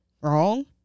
Wrong